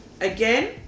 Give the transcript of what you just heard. again